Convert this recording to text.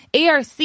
ARC